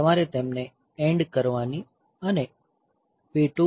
તમારે તેમને એન્ડ કરવાની અને P2